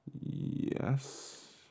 Yes